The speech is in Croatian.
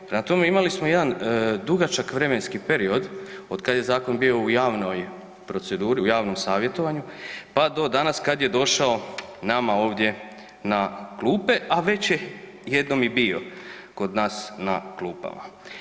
Prema tome, imali smo jedan dugačak vremenski period otkad je zakon bio u javnoj proceduri, u javnom savjetovanju, pa do danas kad je došao nama ovdje na klupe, a već je jednom i bio kod nas na klupama.